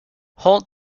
holt